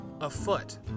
afoot